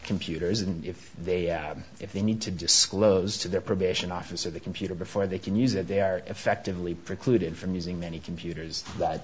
computers and if they have if they need to disclose to their probation officer the computer before they can use it they are effectively precluded from using many computers that